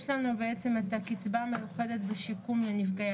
יש לנו את הקצבה המיוחדת בשיקום לנפגעי